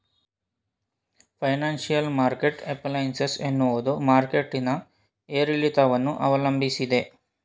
financial market efficiency ಎನ್ನುವುದು market ನ ಏರಿಳಿತವನ್ನು ಅವಲಂಬಿಸಿದೆ